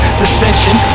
dissension